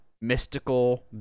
mystical